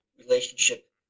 relationship